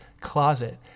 closet